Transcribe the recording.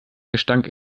gestank